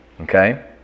Okay